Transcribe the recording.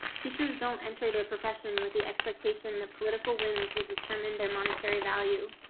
teachers don't enter their profession with the expectation in the political winds will determine their monetary value.